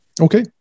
Okay